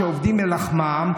שעובדים ללחמם,